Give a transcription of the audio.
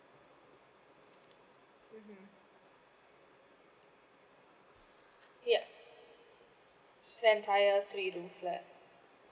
mmhmm yup the entire three room flat